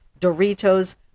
Doritos